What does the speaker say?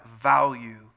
value